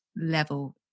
Level